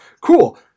cool